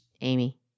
Amy